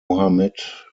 mohammed